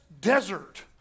desert